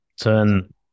turn